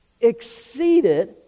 exceeded